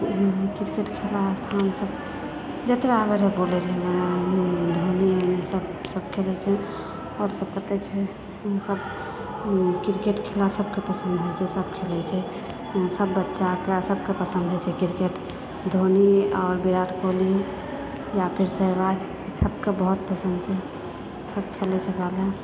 cricket खेला स्थान सभ जतबे सभ खेलै छै आओर सभ पते छै सभ क्रिकेट खेला सभकेँ पसन्द हइ छै सभ खेलै छै सभ बच्चाकेँ सभकऽ पसन्द होइ छै क्रिकेट धोनी आओर विराट कोहली या फेर सहवाग ई सभकेँ बहुत पसन्द छै सभ खेलै छै